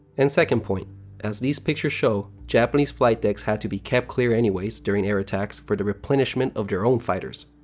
and second point as these pictures show, japanese flight decks had to be kept clear anyways during air attacks for the replenishment of their own fighters.